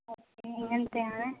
okay എങ്ങനത്തെയാണ്